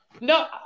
No